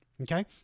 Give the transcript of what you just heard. okay